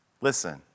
Listen